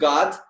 God